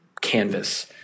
canvas